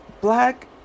black